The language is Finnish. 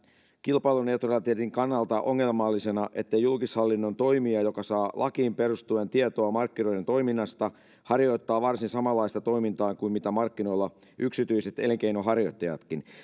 kilpailuneutraliteetin kannalta ongelmallisena että julkishallinnon toimija joka saa lakiin perustuen tietoa markkinoiden toiminnasta harjoittaa varsin samanlaista toimintaa kuin markkinoilla yksityiset elinkeinonharjoittajatkin